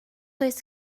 oes